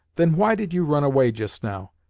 then why did you run away just now?